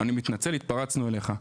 אני מתנצל התפרצנו עליך.